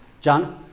John